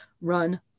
Run